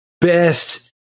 best